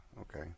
okay